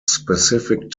specific